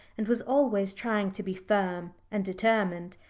and was always trying to be firm and determined.